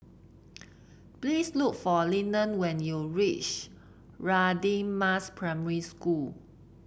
please look for Lyndon when you reach Radin Mas Primary School